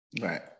Right